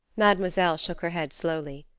mademoiselle shook her head slowly.